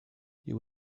you